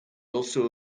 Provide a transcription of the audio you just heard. also